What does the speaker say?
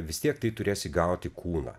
vis tiek tai turės įgauti kūną